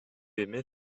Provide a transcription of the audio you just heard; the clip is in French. aimais